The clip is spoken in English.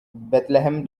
bethlehem